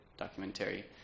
documentary